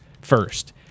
first